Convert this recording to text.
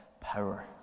power